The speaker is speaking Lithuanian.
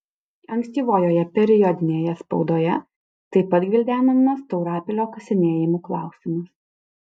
ankstyvojoje periodinėje spaudoje taip pat gvildenamas taurapilio kasinėjimų klausimas